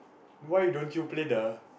why don't you play the